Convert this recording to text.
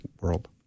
world